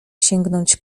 sięgnąć